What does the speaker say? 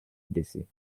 blessé